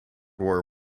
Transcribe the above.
war